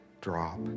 drop